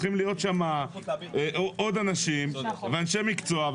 צריכים להיות שם עוד אנשים ואנשי מקצוע.